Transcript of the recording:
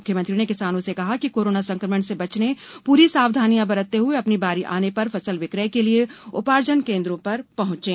मुख्यमंत्री ने किसानों से कहा है कि कोरोना संक्रमण से बचने पूरी सावधानियां बरतते हुए अपनी बारी आने पर फसल विक्रय के लिए उपार्जन केंद्रों पर पहुंचे